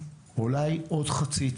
אולי עוד חצי צעד,